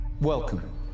Welcome